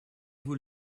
vous